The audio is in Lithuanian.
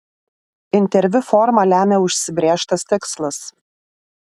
interviu formą lemia užsibrėžtas tikslas